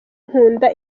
nkunda